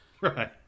Right